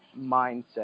mindset